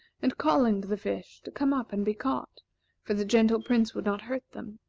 and calling to the fish to come up and be caught for the gentle prince would not hurt them.